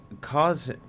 cause